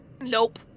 Nope